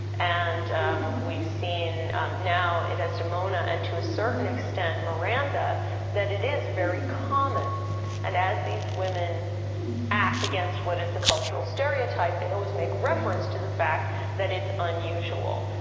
and we've seen now desdemona, and to a certain extent, miranda that it is very common and as these women act against what is the cultural stereotype, they always make reference to the fact that it's unusual,